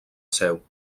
seu